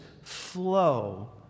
flow